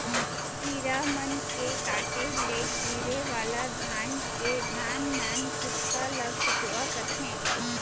कीरा मन के काटे ले गिरे वाला धान के नान नान कुटका ल कुचवा कथें